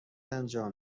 انجام